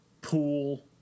pool